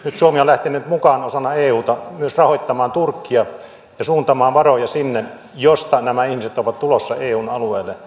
nyt suomi on lähtenyt mukaan osana euta myös rahoittamaan turkkia ja suuntaamaan varoja sinne mistä nämä ihmiset ovat tulossa eun alueelle